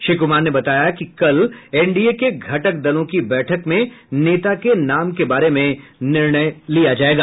श्री कुमार ने बताया कि कल एनडीए के घटक दलों की बैठक में नेता के नाम के बारे में निर्णय लिया जायेगा